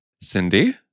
Cindy